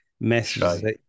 messages